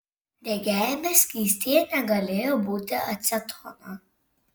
degiajame skystyje negalėjo būti acetono